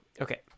Okay